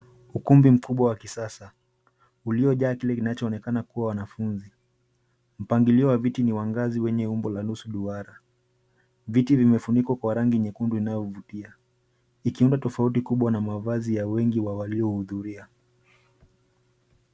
Ukumbi mkubwa wa kisasa uliojaa kile kinachoonekana kuwa wanafunzi. Mpangilio wa viti ni wa ngazi umbo wa nusu duara . Viti vimefunikwa kwa rangi nyekundu inayovutia ikiundwa tofauti kubwa na mavazi ya wengi wa walio huthuria.